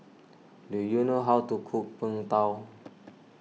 do you know how to cook Png Tao